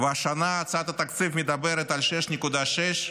והשנה הצעת התקציב מדברת על 6.6,